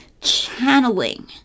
channeling